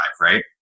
right